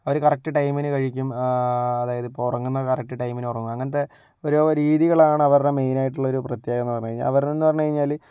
അവര് കറക്റ്റ് ടൈമിന് കഴിക്കും ആ അതായത് ഇപ്പോൾ ഉറങ്ങുന്ന കറക്റ്റ് ടൈമിനുറങ്ങും അങ്ങനത്തെ ഓരോരോ രീതികളാണ് അവരുടെ മെയ്നായിട്ടുള്ളൊരു പ്രത്യേകത പറഞ്ഞ് കഴിഞ്ഞാൽ അവരുടെയെന്ന് പറഞ്ഞ് കഴിഞ്ഞാല്